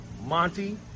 Monty